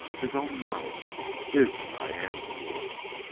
his own world his and diane's and walt's!